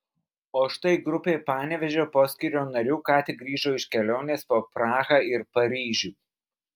o štai grupė panevėžio poskyrio narių ką tik grįžo iš kelionės po prahą ir paryžių